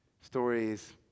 stories